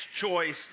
choice